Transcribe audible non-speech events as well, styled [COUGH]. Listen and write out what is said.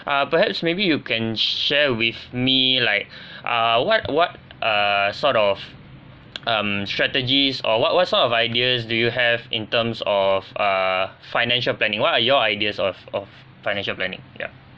uh perhaps maybe you can share with me like [BREATH] uh what what err sort of um strategies or what what sort of ideas do you have in terms of uh financial planning what are your ideas of of financial planning ya